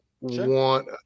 want